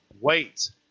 Wait